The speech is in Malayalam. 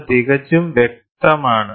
അത് തികച്ചും വ്യക്തമാണ്